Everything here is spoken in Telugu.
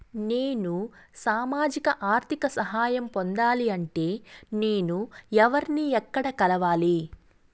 నేను సామాజిక ఆర్థిక సహాయం పొందాలి అంటే నేను ఎవర్ని ఎక్కడ కలవాలి?